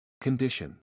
Condition